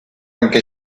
anche